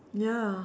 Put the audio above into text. ya